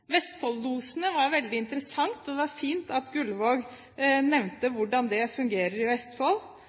var veldig interessant, og det er fint at Gullvåg nevnte hvordan det fungerer i Vestfold.